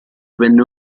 venne